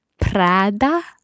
Prada